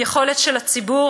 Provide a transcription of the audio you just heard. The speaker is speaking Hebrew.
יכולת של הציבור,